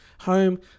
home